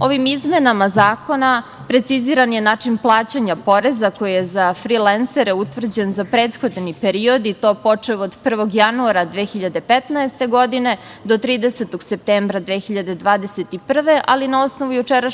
Ovim izmenama zakona preciziran je način plaćanja poreza koje je za frilensere utvrđen za prethodni period, i to počev od 1. januara 2015. godine, do 30. septembra 2021. godine, ali na osnovu jučerašnjeg